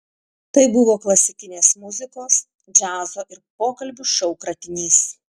tai buvo klasikinės muzikos džiazo ir pokalbių šou kratinys